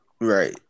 right